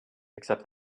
except